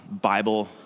Bible